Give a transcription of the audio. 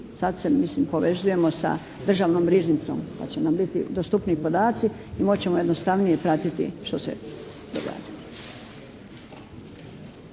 Sad se mislim povezujemo sa Državnom riznicom pa će nam biti dostupniji podaci i moći ćemo jednostavnije pratiti što se …